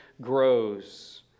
grows